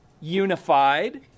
unified